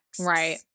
Right